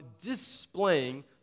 displaying